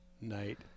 night